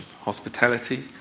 hospitality